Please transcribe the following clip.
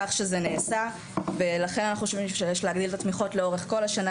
כך שזה נעשה ולכן אנחנו חושבים שיש להגדיל את התמיכות לאורך כל השנה.